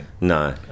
No